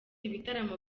ibitaramo